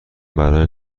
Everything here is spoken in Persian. برای